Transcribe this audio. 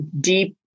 deep